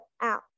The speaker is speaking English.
out